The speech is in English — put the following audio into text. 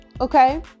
okay